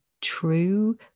true